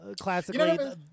Classically